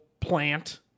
plant